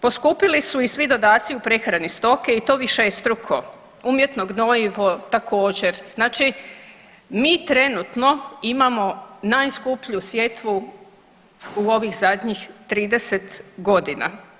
Poskupili su i svi dodaci u prehrani stoke i to višestruko, umjetno gnojivo također, znači mi trenutno imamo najskuplju sjetvu u ovih zadnjih 30.g.